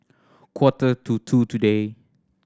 quarter to two today